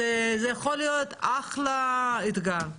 זה יכול להיות אחלה אתגר.